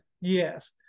Yes